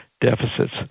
deficits